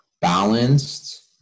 balanced